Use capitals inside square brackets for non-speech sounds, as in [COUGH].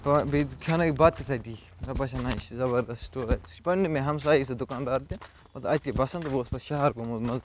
[UNINTELLIGIBLE] بیٚیہِ کھیٛاونٲیِکھ بَتہٕ تہِ تٔتی مے باسیٛو نَہ یہِ چھُ زَبردست سٹور اَتہِ سُہ چھُ پَننُے مےٚ ہمسایی سُہ دُکان دار تہِ مطلب اَتی بَسان تہٕ وونۍ اوس پتہٕ شہر گوٚمُت منٛزٕ